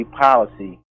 policy